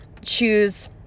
choose